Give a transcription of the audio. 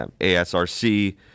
ASRC